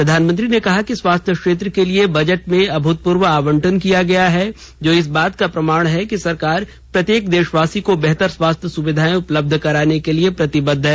प्रधानमंत्री ने कहा कि स्वास्थ्य क्षेत्र के लिए बजट में अभूतपूर्व आवंटन किया गया है जो इस बात का प्रमाण है कि सरकार प्रत्येक देशवासी को बेहतर स्वास्थ्य सुविधाए उपलब्ध कराने के लिए प्रतिबद्ध है